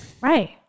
right